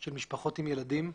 של משפחות עם ילדים.